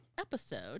episode